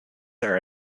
are